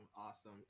Awesome